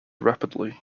rapidly